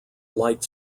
light